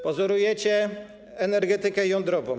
Pozorujecie energetykę jądrową.